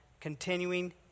continuing